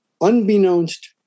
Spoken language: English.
unbeknownst